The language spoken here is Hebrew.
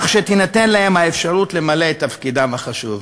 שתינתן להם האפשרות למלא את תפקידם החשוב.